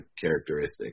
characteristic